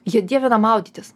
jie dievina maudytis